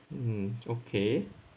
mm okay